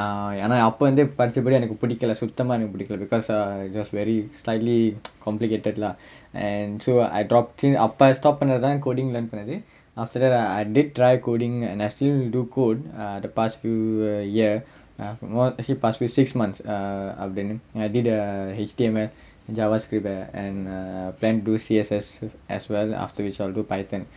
uh ஏன்னா அப்ப இருந்தே படிச்ச படி எனக்கு புடிக்கல சுத்தமா எனக்கு புடிக்கல:yaennaa appa irunthae padicha padi enakku pudikkala suthamaa enakku pudikkala because it was uh slightly complicated lah so I dropped அப்பா:appa stop பண்ணதால:pannathaala coding learn பண்ணது:pannathu afterwards I did try coding and I still do code the uh past few year no actually past few six months uh up to now I did a H_T_M_L javascript and uh C_S_S as well after which I'll do python